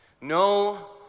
no